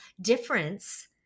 difference